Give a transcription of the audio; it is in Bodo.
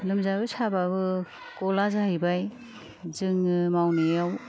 लोमजाबाबो साबाबो गला जाहैबाय जोङो मावनायाव